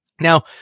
Now